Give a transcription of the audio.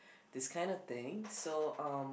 this kind of thing so um